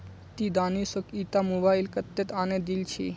ती दानिशक ईटा मोबाइल कत्तेत आने दिल छि